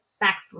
back